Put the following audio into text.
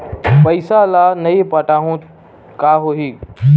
पईसा ल नई पटाहूँ का होही?